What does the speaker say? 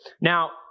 Now